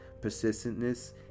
persistentness